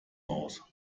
aus